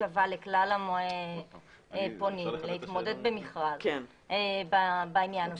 שווה לכלל הפונים להתמודד במכרז בעניין הזה.